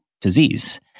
disease